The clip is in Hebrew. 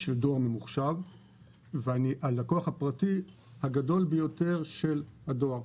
של דור ממוחשב ואני הלקוח הפרטי הגדול ביותר של הדואר.